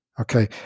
okay